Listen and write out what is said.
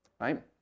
Right